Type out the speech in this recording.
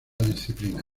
disciplina